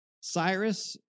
Cyrus